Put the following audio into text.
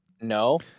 No